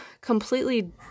completely